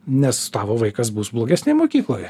nes tavo vaikas bus blogesnėj mokykloje